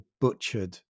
butchered